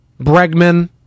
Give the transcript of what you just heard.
Bregman